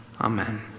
Amen